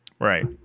Right